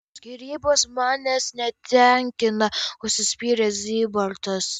skyrybos manęs netenkina užsispyrė zybartas